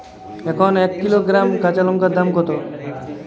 এখন এক কিলোগ্রাম কাঁচা লঙ্কার দাম কত?